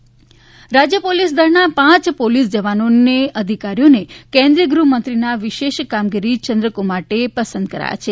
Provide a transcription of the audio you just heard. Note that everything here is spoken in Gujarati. પોલીસ મેડલ રાજ્ય પોલીસ દળના પાંચ પોલીસ જવાનો અધિકારીઓને કેન્દ્રીય ગૃહમંત્રીના વિશેષ કામગીરી ચંદ્રકો માટે પસંદ કરાયા છે